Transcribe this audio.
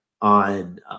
on